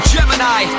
Gemini